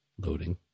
loading